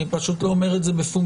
אני פשוט לא אומר את זה בפומבי,